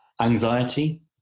Anxiety